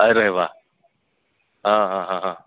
અરે વાહ હં હં હં હં